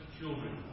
children